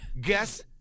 guess